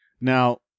Now